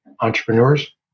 entrepreneurs